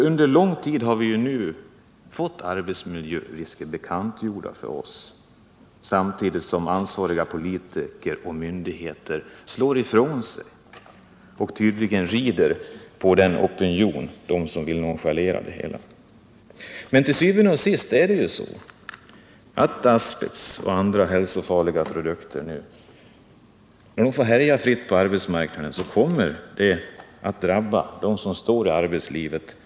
Under lång tid har vi fått arbetsmiljöriskerna klargjorda för oss, samtidigt som ansvariga politiker och myndigheter slagit ifrån sig och tydligen ridit på den opinion som företräds av dem som vill nonchalera det hela. Men til syvende og sidst är det så, att om asbest och andra farliga produkter får härja fritt på arbetsmarknaden, kommer det att drabba dem som är ute i arbetslivet.